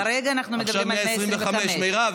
כרגע אנחנו מדברים על 125. עכשיו 125. מירב,